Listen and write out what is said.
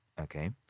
okay